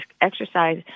Exercise